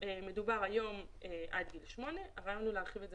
היום מדובר עד גיל שמונה אבל אמרנו להרחיב את זה